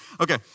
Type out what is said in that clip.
Okay